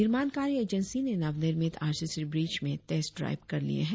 निर्माण कार्य एजेंसी ने नव निर्मित आर सी सी ब्रीज में टेस्ट ड्राईव कर लिए है